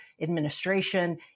administration